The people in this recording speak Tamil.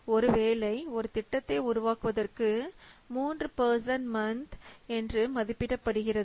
ஒருவேளை ஒரு திட்டத்தை உருவாக்குவதற்கு மூன்று பர்ஸன் மந்த் என்று மதிப்பிடப்படுகிறது